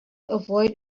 avoid